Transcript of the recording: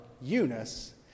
Eunice